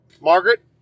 Margaret